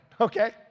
okay